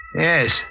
Yes